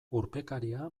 urpekaria